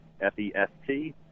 F-E-S-T